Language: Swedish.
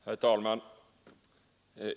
Herr talman!